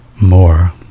more